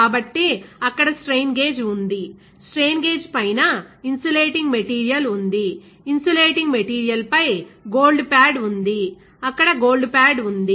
కాబట్టిఅక్కడ strain gauge ఉంది strain గేజ్పైన insulating material ఉంది ఇన్సులేటింగ్ మెటీరియల్పై గోల్డ్ ప్యాడ్ ఉంది అక్కడ గోల్డ్ ప్యాడ్ ఉంది